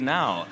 now